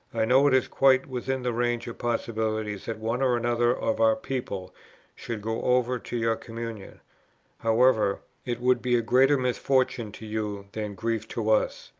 i know it is quite within the range of possibilities that one or another of our people should go over to your communion however, it would be a greater misfortune to you than grief to us.